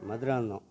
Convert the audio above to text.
Madurantakam